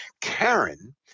Karen